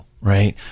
Right